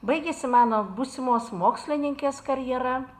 baigėsi mano būsimos mokslininkės karjera